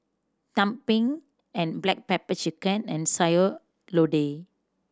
tumpeng and black pepper chicken and Sayur Lodeh